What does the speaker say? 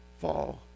fall